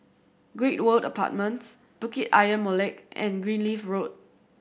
Great World Apartments Bukit Ayer Molek and Greenleaf Road